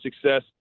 success